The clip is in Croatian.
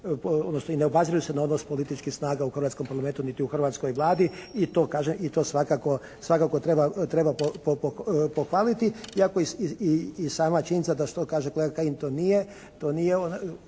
i ne obaziru se na odnos političkih snaga u hrvatskom Parlamentu niti u hrvatskoj Vladi i to kažem i to svakako treba pohvaliti, iako i sama činjenica kao što kaže kolega Kajin, to nije